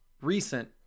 recent